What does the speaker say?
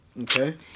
Okay